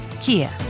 Kia